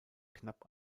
knapp